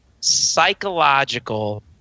psychological